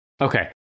Okay